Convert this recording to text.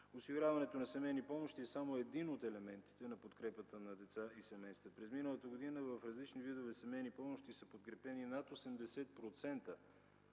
Осигуряването на семейни помощи е само един от елементите на подкрепата на деца и семейства. През миналата година в различни видове семейни помощи са подкрепени над 80%